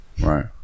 Right